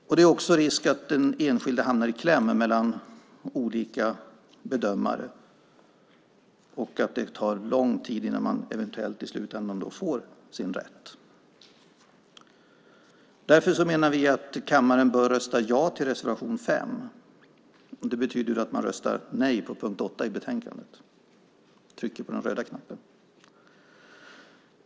Det finns också risk för att den enskilde hamnar i kläm mellan olika bedömare och att det tar lång tid innan man eventuellt i slutändan får sin rätt. Därför menar vi att kammaren bör rösta ja till reservation 5. Det betyder att man röstar nej på punkt 8 i betänkandet genom att trycka på den röda knappen.